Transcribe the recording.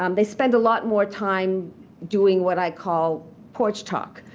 um they spend a lot more time doing what i call porch talk,